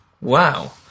Wow